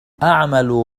أعمل